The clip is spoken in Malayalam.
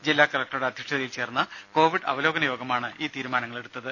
ജില്ലാ കലക്ടറുടെ അധ്യക്ഷതയിൽ ചേർന്ന കോവിഡ് അവലോകന യോഗമാണ് ഈ തീരുമാനം എടുത്തത്